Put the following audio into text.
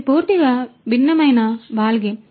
ఇది పూర్తిగా భిన్నమైన బాల్గేమ్